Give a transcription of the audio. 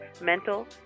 mental